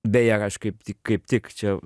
beje aš kaip tik kaip tik čia